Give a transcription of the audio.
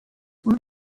were